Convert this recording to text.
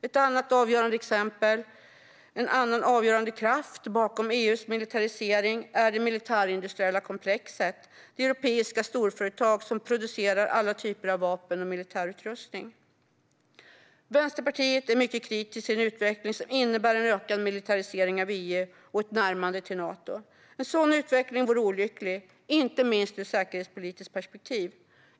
En annan avgörande kraft bakom EU:s militarisering är det militärindustriella komplexet och de europeiska storföretag som producerar alla typer av vapen och militärutrustning. Vänsterpartiet är mycket kritiskt till en utveckling som innebär en ökad militarisering av EU och ett närmande till Nato. En sådan utveckling vore olycklig, inte minst ur ett säkerhetspolitiskt perspektiv.